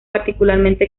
particularmente